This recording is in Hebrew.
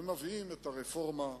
ומביאים את הרפורמה,